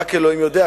רק אלוהים יודע,